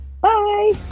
Bye